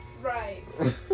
Right